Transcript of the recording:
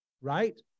right